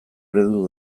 eredu